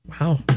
Wow